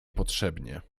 potrzebnie